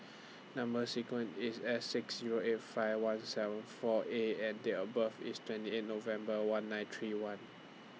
Number sequence IS S six Zero eight five one seven four A and Date of birth IS twenty eight November one nine three one